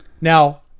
now